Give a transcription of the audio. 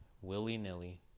willy-nilly